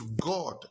God